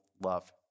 love